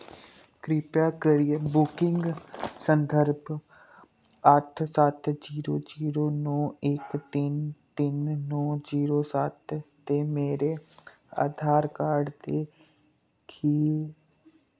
कृपा करियै बुकिंग संदर्भ अट्ठ सत्त जीरो जीरो नौ इक तिन्न तिन्न नौ जीरो सत्त ते मेरे आधार कार्ड दे खीरले